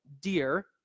dear